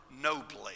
nobly